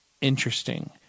interesting